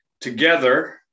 together